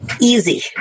Easy